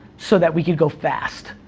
so that we could go fast.